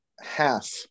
half